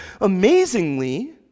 Amazingly